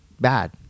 bad